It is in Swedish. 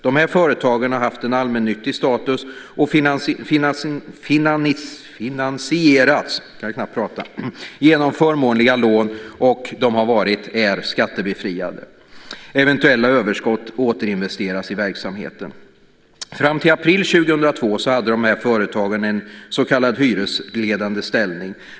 De här företagen har haft en allmännyttig status och finansierats genom förmånliga lån och har varit skattebefriade. Eventuella överskott återinvesteras i verksamheten. Fram till april 2002 hade de här företagen en så kallad hyresledande ställning.